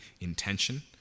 intention